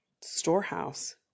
storehouse